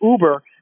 Uber